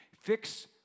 Fix